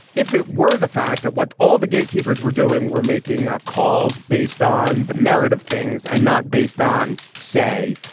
if it were the fact. what all the gatekeepers were doing were making ah calls based on the merit of things and not based on, say,